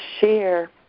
share